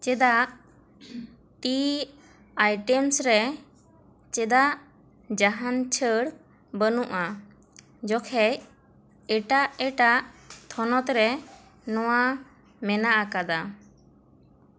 ᱪᱮᱫᱟᱜ ᱴᱤ ᱟᱭᱴᱮᱢᱥ ᱨᱮ ᱪᱮᱫᱟᱜ ᱡᱟᱦᱟᱸᱱ ᱪᱷᱟᱹᱲ ᱵᱟᱱᱩᱜᱼᱟ ᱡᱚᱠᱷᱮᱡ ᱮᱴᱟᱜ ᱮᱴᱟᱜ ᱛᱷᱚᱱᱚᱛ ᱨᱮ ᱱᱚᱣᱟ ᱢᱮᱱᱟᱜ ᱟᱠᱟᱫᱟ